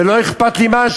ולא אכפת לי מה,